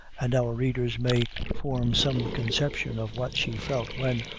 and our readers may form some conception of what she felt when,